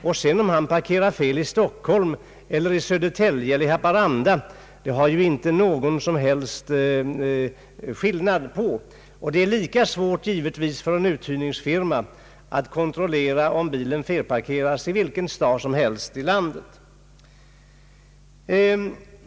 Om den som hyr bilen sedan parkerar fel i Stockholm eller Södertälje eller Haparanda gör ju inte någon som helst skillnad, och det är givetvis lika svårt för en uthyrningsfirma i vilken stad i landet bilen än felparkeras.